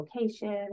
location